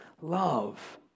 love